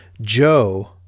Joe